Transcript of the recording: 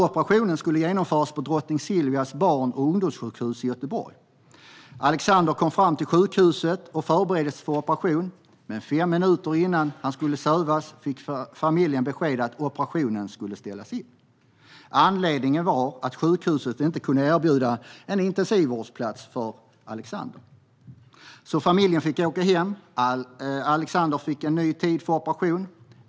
Operationen skulle utföras på Drottning Silvias barn och ungdomssjukhus i Göteborg. Alexander kom fram till sjukhuset och förbereddes för operation. Men fem minuter innan han skulle sövas fick familjen besked om att operationen skulle ställas in. Anledningen var att sjukhuset inte kunde erbjuda en intensivvårdsplats för Alexander. Familjen fick alltså åka hem. Alexander fick en ny tid för operation.